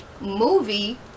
movie